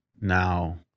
now